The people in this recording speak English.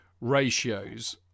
ratios